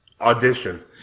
Audition